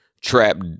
trapped